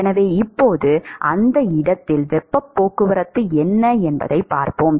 எனவே இப்போது அந்த இடத்தில் வெப்பப் போக்குவரத்து என்ன என்பதைப் பார்ப்போம்